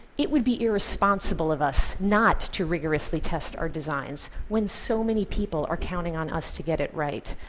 it would be irresponsible of us not to rigorously test our designs when so many people are counting on us to get it right,